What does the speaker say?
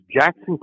Jackson